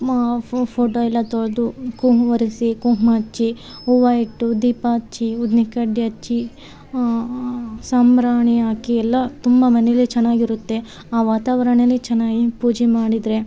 ಮಾ ಫೋಟೋ ಎಲ್ಲ ತೊಳೆದು ಕು ಹೂ ಒರೆಸಿ ಕುಂಕುಮ ಹಚ್ಚಿ ಹೂವು ಇಟ್ಟು ದೀಪ ಹಚ್ಚಿ ಉದಿನಕಡ್ಡಿ ಹಚ್ಚಿ ಸಾಂಬ್ರಾಣಿ ಹಾಕಿ ಎಲ್ಲ ತುಂಬ ಮನೇಲೆ ಚೆನ್ನಾಗಿರುತ್ತೆ ಆ ವಾತಾವರಣಲಿ ಚೆನ್ನಾಗಿ ಪೂಜೆ ಮಾಡಿದರೆ